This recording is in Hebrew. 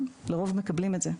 ולרוב הם מקבלים את זה.